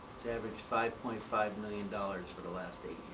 it's averaged five point five million dollars for the last eight